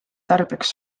tarbeks